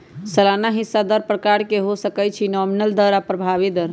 सलाना हिस्सा दर प्रकार के हो सकइ छइ नॉमिनल दर आऽ प्रभावी दर